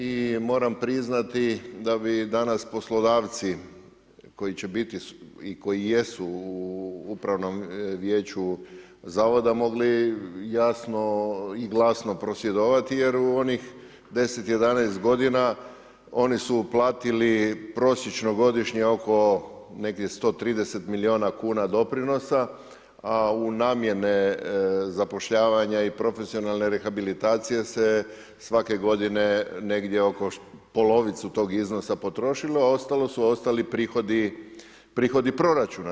I moram priznati, da bi danas poslodavci koji će biti i koji jesu u upravnom vijeću zavoda mogli jasno i glasno prosvjedovati jer u onih 10, 11 g. oni su uplatili prosječno godišnje oko negdje 130 milijuna kn doprinosa, a u namjene zapošljavanja i profesionalne rehabilitacije se svake godine negdje oko polovicu tog iznosa potrošilo, a ostalo su prihodi proračuna.